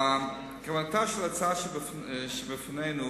כוונתה של ההצעה שלפנינו,